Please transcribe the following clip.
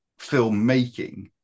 filmmaking